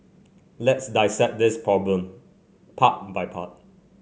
let's dissect this problem part by part